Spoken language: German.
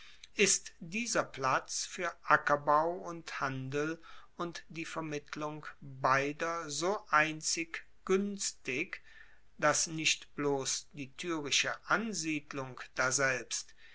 ist dieser platz fuer ackerbau und handel und die vermittlung beider so einzig guenstig dass nicht bloss die tyrische ansiedlung daselbst